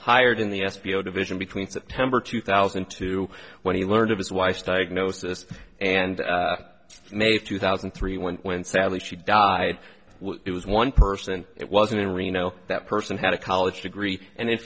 hired in the f b o division between september two thousand and two when he learned of his wife's diagnosis and may of two thousand and three when when sadly she died it was one person it was in reno that person had a college degree and in